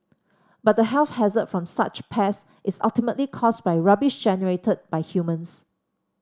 but the health hazard from such pests is ultimately caused by rubbish generated by humans